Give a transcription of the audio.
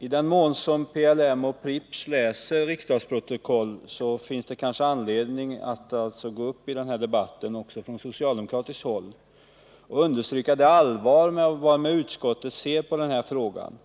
I den mån som PLM och Pripps läser riksdagsprotokoll finns det kanske anledning att gå upp i den här debatten också från socialdemokratiskt håll och understryka det allvar varmed utskottet ser på den här frågan.